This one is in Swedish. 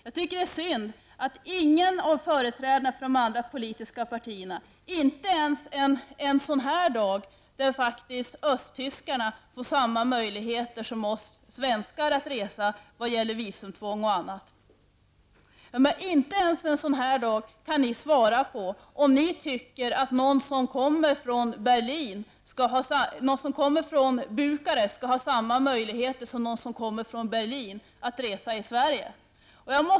Jag tycker att det är synd att ingen av företrädarna för de andra politiska partierna, inte ens en sådan här dag när östtyskarna vad gäller visum m.m. får samma möjligheter som vi svenskar att resa, kan svara på om ni tycker att någon som kommer från Bukarest skall ha samma möjligheter som den som kommer från Berlin att resa i Sverige.